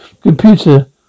Computer